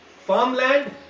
farmland